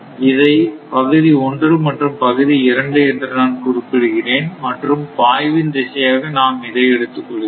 இதை பகுதி 1 மற்றும் இதை பகுதி 2 என்று நான் குறிப்பிடுகிறேன் மற்றும் பாய்வின் திசையாக நாம் இதை எடுத்துக் கொள்கிறோம்